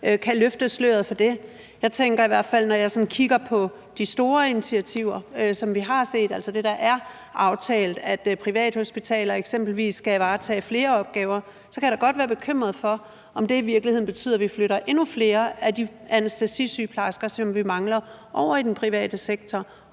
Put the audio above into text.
kan løfte sløret for det. Når jeg kigger på de store initiativer, som vi har set, altså det, der er aftalt om, at privathospitaler eksempelvis skal varetage flere opgaver, så kan jeg da godt være bekymret for, om det i virkeligheden betyder, at vi flytter endnu flere af de anæstesisygeplejersker, som vi mangler, over i den private sektor